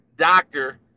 Doctor